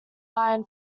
iron